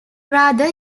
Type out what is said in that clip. rather